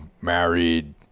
married